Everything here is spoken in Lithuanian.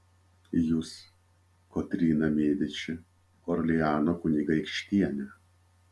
jūs kotryna mediči orleano kunigaikštienė